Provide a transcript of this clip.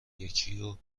یکیو